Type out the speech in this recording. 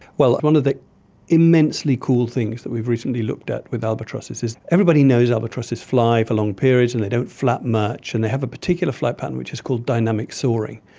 well, one of the immensely cool things that we've recently looked at with albatrosses is everybody knows albatrosses fly for long periods and they don't flap much and they have a particular flight pattern which is called dynamic soaring.